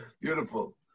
Beautiful